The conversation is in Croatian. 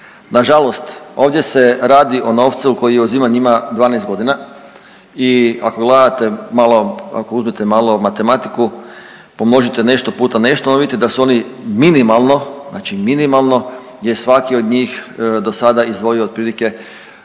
Nažalost ovdje se radi o novcu koji je uziman njima 12 godina i ako gledate malo, ako uzmete malo matematiku, pomnožite nešto puta nešto, onda vidite da su oni minimalno, znači minimalno je svaki od njih do sada izdvojio otprilike